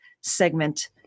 segment